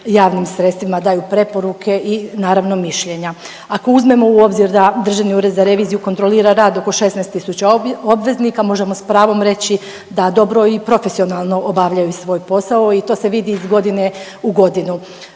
javnim sredstvima, daju preporuke i naravno mišljenja. Ako uzmemo u obzir da Državni ured za reviziju kontrolira rad oko 16 tisuća obveznika možemo s pravom reći da dobro i profesionalno obavljaju svoj posao i to se vidi iz godine u godinu.